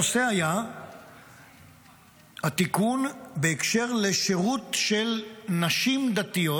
הנושא היה התיקון בקשר לשירות של נשים דתיות.